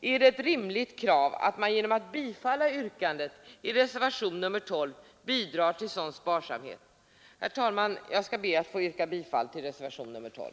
är det ett rimligt krav att man genom att bifalla yrkandet i reservationen 12 bidrar till sådan sparsamhet, och jag ber, herr talman, att få yrka bifall till denna reservation.